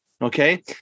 Okay